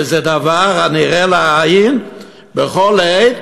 וזה דבר הנראה לעין בכל עת,